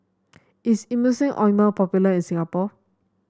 is Emulsying Ointment popular in Singapore